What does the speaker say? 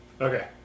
okay